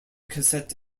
cassette